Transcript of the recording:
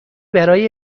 برای